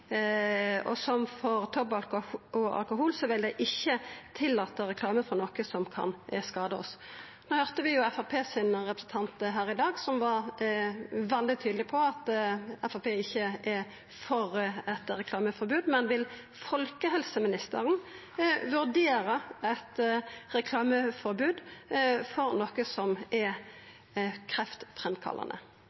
og alkohol vil dei ikkje tillata reklame for noko som kan skada oss. No høyrde vi at Framstegspartiets representant her i dag var veldig tydeleg på at Framstegspartiet ikkje er for eit reklameforbod. Vil folkehelseministeren vurdera eit reklameforbod for noko som er kreftframkallande?